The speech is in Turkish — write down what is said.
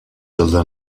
yılda